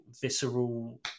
visceral